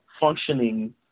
functioning